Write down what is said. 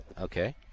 Okay